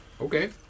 Okay